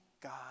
God